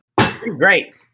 great